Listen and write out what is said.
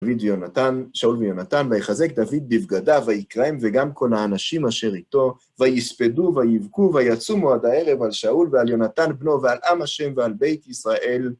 דוד ויהונתן, שאול ויהונתן, ויחזק דוד בבגדיו, ויקראהם, וגם כל האנשים אשר איתו, ויספדו, ויבכו, ויצומו עד הערב על שאול ועל יונתן בנו, ועל עם השם, ועל בית ישראל.